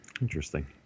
Interesting